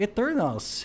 Eternals